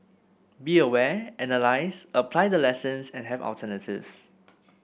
be aware analyse apply the lessons and have alternatives